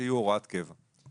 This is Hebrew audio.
שיהיו הוראת קבע.